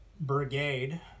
brigade